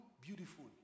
beautiful